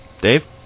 Dave